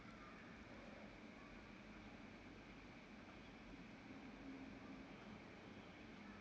uh